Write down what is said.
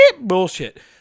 Bullshit